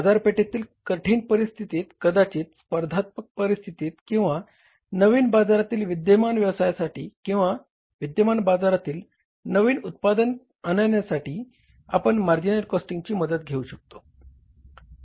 बाजारपेठेतील कठीण परिस्थितीत कदाचित स्पर्धात्मक परिस्थितीत किंवा नवीन बाजारातील विद्यमान व्यवसायासाठी किंवा विद्यमान बाजारात नवीन उत्पादन आणण्यासाठी आपण मार्जिनल कॉस्टिंगची मदत घेऊ शकतो